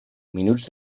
minuts